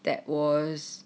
that was